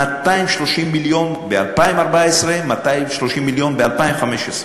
230 מיליון ב-2014 ו-230 מיליון ב-2015.